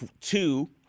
two